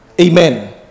Amen